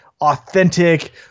authentic